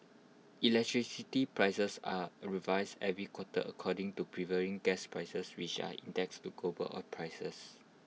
electricity prices are A revised every quarter according to prevailing gas prices which are indexed to global oil prices